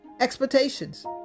expectations